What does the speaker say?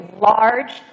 large